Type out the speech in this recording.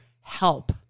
help